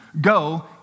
Go